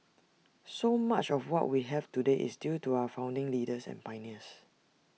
so much of what we have today is due to our founding leaders and pioneers